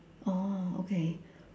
oh okay